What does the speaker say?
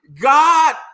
God